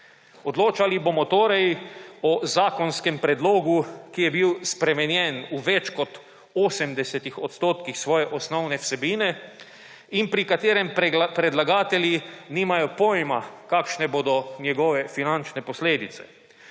Odločali bomo torej o zakonskem predlogu, ki je bil spremenjen v več kot 80 % svoje osnovne vsebine in pri katerem predlagatelji nimajo pojma, kakšne bodo njegove finančne posledice.